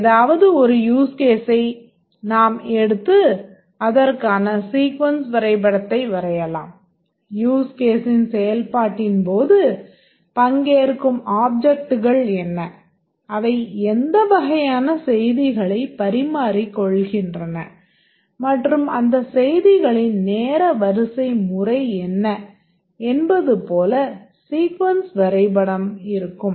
ஏதாவது ஒரு யூஸ் கேஸை நாம் எடுத்து அதற்கான சீக்வென்ஸ் வரைபடத்தை வரையலாம் யூஸ் கேஸின் செயல்பாட்டின் போது பங்கேற்கும் ஆப்ஜெக்ட்கள் என்ன அவை எந்த வகையான செய்திகளை பரிமாறிக்கொள்கின்றன மற்றும் அந்த செய்திகளின் நேர வரிசை முறை என்ன என்பது போல சீக்வென்ஸ் வரைபடம் இருக்கும்